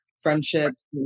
Friendships